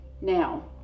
now